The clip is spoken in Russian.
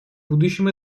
будущем